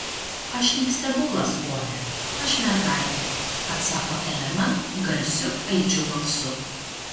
aš ne stebuklas pone aš mergaitė atsako elena garsiu aidžiu balsu